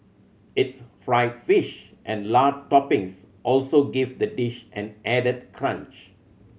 its fried fish and lard toppings also give the dish an added crunch